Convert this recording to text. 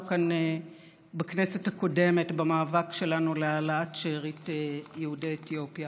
כאן בכנסת הקודמת במאבק שלנו להעלאת שארית יהודי אתיופיה.